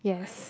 yes